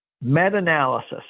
meta-analysis